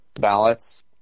ballots